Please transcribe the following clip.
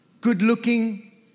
good-looking